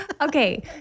okay